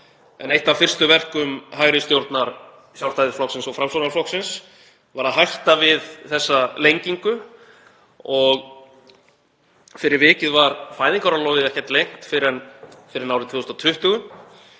En eitt af fyrstu verkum hægri stjórnar Sjálfstæðisflokksins og Framsóknarflokksins var að hætta við þessa lengingu og fyrir vikið var fæðingarorlofið ekki lengt fyrr en árið 2020.